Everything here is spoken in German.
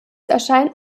erscheint